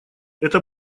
это